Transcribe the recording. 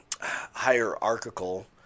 hierarchical